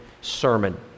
sermon